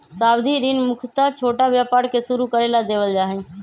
सावधि ऋण मुख्यत छोटा व्यापार के शुरू करे ला देवल जा हई